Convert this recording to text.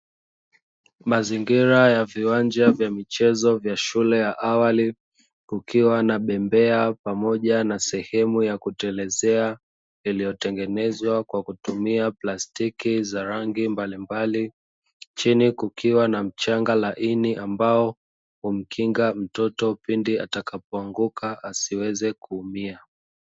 Mazingira ya viwanja vya michezo vya shule ya awali, kukiwa na bembea pamoja na sehemu ya kutelezea iliyotengenezwa kwa kutumia plastiki za rangi mbalimbali, chini kukiwa na mchanga laini ambao humkinga mtoto pindi atakapoanguka asiweze kuumia.